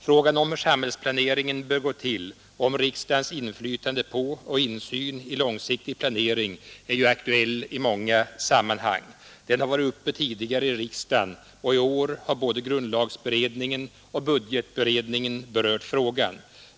Frågan om hur samhällsplaneringen bör gå till och om riksdagens inflytande på och insyn i långsiktig planering är ju aktuell i många sammanhang. Den har varit uppe tidigare i riksdagen och i år har både grundlagberedningen och budgetutredningen berört frågan.